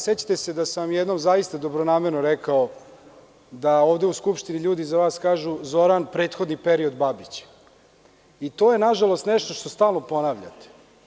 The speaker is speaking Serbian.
Sećate se da sam vam jednom zaista dobronamerno rekao da ovde u Skupštini ljudi za vas kažu – Zoran prethodni period Babić i to je, nažalost, nešto što stalno ponavljate.